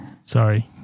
Sorry